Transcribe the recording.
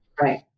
Right